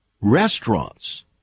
restaurants